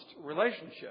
relationship